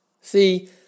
See